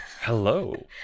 Hello